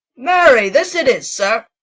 marry, this it is, sir.